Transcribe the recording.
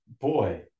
boy